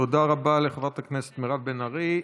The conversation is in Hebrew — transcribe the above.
תודה רבה לחברת הכנסת מירב בן ארי.